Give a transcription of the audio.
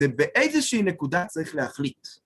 זה באיזושהי נקודה צריך להחליט.